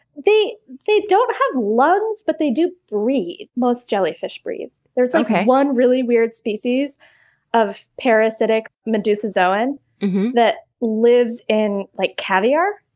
they they don't have lungs, but they do breathe. most jellyfish breathe. there's one kind of one really weird species of parasitic medusozoan that lives in like caviar.